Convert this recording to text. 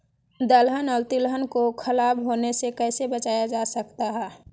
दलहन और तिलहन को खराब होने से कैसे बचाया जा सकता है?